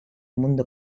mundo